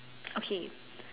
okay